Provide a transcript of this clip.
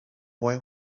boy